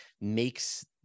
makes